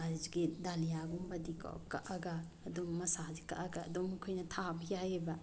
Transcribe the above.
ꯍꯧꯖꯤꯛꯀꯤ ꯗꯥꯂꯤꯌꯥꯒꯨꯝꯕꯗꯤꯀꯣ ꯀꯛꯑꯒ ꯑꯗꯨꯝ ꯃꯁꯥꯁꯤ ꯀꯛꯑꯒ ꯑꯗꯨꯝ ꯑꯩꯈꯣꯏꯅ ꯊꯥꯕ ꯌꯥꯏꯑꯕ